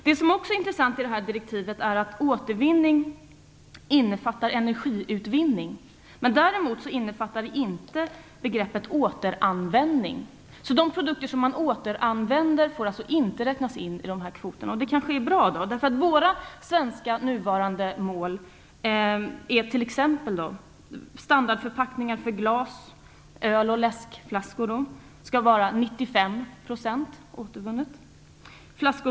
Det som också är intressant i detta direktiv är att återvinning innefattar energiutvinning. Däremot innefattar det inte begreppet återanvändning. De produkter som man återanvänder får alltså inte räknas in i dessa kvoter. Det kanske är bra, eftersom våra svenska nuvarande mål innebär att 95 % av alla standardförpackningar av glas - öl och läskflaskor - skall återvinnas.